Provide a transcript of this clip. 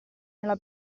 nella